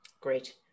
Great